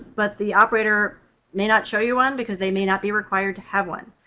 but the operator may not show you one because they may not be required to have one.